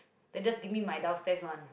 then just give me my downstairs one